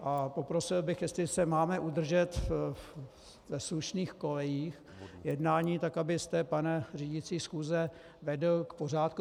A poprosil bych, jestli se máme udržet ve slušných kolejích jednání, tak abyste, pane řídící schůze, vedl k pořádku.